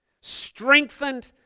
strengthened